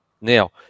Now